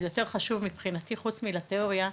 יותר חשוב מבחינתי, חוץ מלתיאוריה,